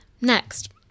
Next